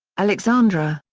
alexandra,